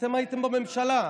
אתם הייתם בממשלה.